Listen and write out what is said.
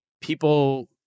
people